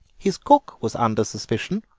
his cook was under suspicion,